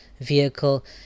vehicle